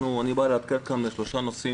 אני מבקש להציג עדכון על שלושה נושאים,